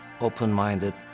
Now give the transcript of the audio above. open-minded